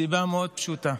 מסיבה מאוד פשוטה: